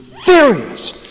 furious